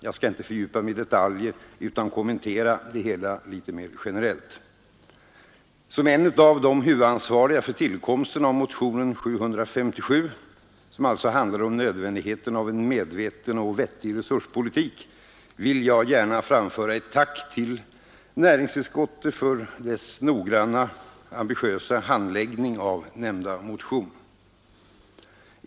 Jag skall inte fördjupa mig i detaljer utan kommentera det hela litet mer generellt. Som en av de huvudansvariga för tillkomsten av motionen 757, som alltså handlar om nödvändigheten av en medveten och vettig resurspolitik, vill jag gärna framföra ett tack till näringsutskottet för dess noggranna och ambitiösa handläggning av motionen.